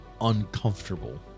uncomfortable